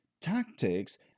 Tactics